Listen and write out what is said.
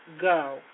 go